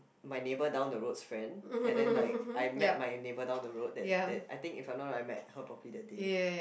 my neighbor down the road's friend and then like I met my neighbor down the road that that I think if I'm not wrong I think I met her properly that day